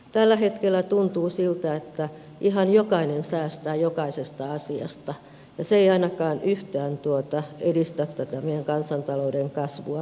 tällä hetkellä tuntuu siltä että ihan jokainen säästää jokaisesta asiasta ja se ei ainakaan yhtään edistä tätä meidän kansantalouden kasvua päinvastoin